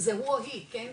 זה הוא, או היא, כן?